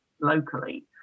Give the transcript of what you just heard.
locally